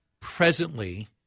presently